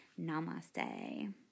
Namaste